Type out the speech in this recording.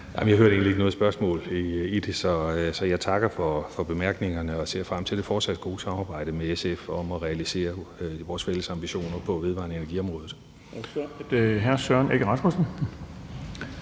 Jeg hørte egentlig ikke noget spørgsmål i det, så jeg takker for bemærkningerne og ser frem til det fortsat gode samarbejde med SF om at realisere vores fælles ambitioner på vedvarende energi-området.